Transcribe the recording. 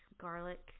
garlic